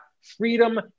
freedom